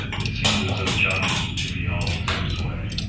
it seemed as though john was to be always in his way.